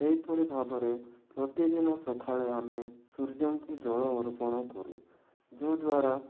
ସେହିପରି ଭାବରେ ପ୍ରତିଦିନ ସଖାଳେ ଆମେ ସୂର୍ଯ୍ୟଙ୍କୁ ଜଳ ଅର୍ପଣ କରୁ ଯେଉଁଦ୍ଵାରା